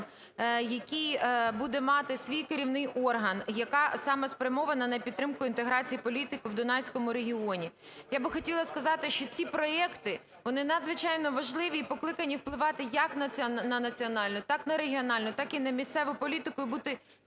який буде мати свій керівний орган, яка саме спрямована на підтримку інтеграції політики в Дунайському регіоні. Я би хотіла сказати, що ці проекти, вони надзвичайно важливі і покликані впливати як на національну, так на регіональну, так і на місцеву політику і бути